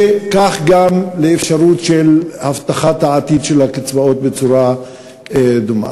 וכך גם לאפשרות של הבטחת העתיד של הקצבאות בצורה דומה.